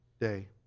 day